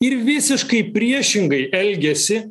ir visiškai priešingai elgiasi